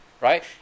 right